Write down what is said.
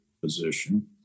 position